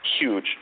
Huge